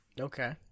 Okay